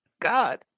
God